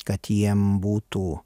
kad jiem būtų